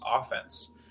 offense